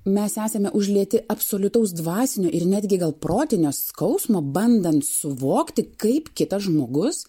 mes esame užlieti absoliutaus dvasinio ir netgi gal protinio skausmo bandant suvokti kaip kitas žmogus